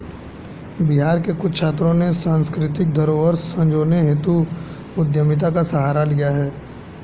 बिहार के कुछ छात्रों ने सांस्कृतिक धरोहर संजोने हेतु उद्यमिता का सहारा लिया है